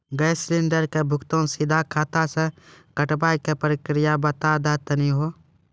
Gas cylinder के भुगतान सीधा खाता से कटावे के प्रक्रिया बता दा तनी हो?